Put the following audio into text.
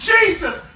Jesus